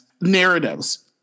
narratives